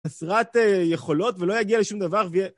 חסרת יכולות ולא יגיע לשום דבר ויהיה...